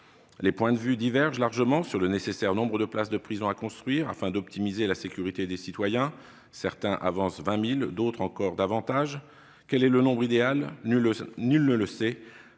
Les points de vue divergent largement sur le nombre de places de prison à construire afin d'optimiser la sécurité des citoyens : certains avancent 20 000, d'autres davantage encore. Quel en est le nombre idéal ? Nul ne le sait.